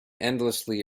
endlessly